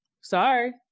Sorry